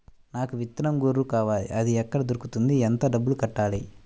నాకు విత్తనం గొర్రు కావాలి? అది ఎక్కడ దొరుకుతుంది? ఎంత డబ్బులు కట్టాలి?